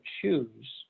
choose